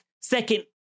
second